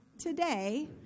today